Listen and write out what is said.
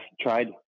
tried